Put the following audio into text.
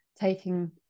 taking